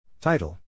Title